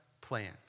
plans